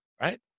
right